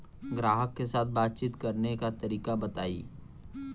ग्राहक के साथ बातचीत करने का तरीका बताई?